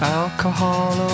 alcohol